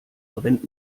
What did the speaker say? brennt